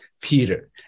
Peter